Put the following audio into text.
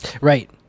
right